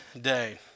day